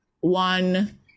one